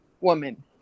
woman